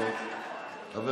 הצעתי את החוק, זה מספיק, דיברה.